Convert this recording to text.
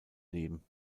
leben